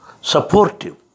supportive